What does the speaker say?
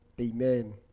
Amen